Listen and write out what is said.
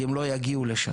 כי הם לא יגיעו לשם,